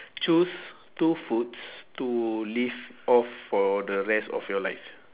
choose two foods to live off for the rest of your life